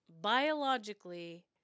biologically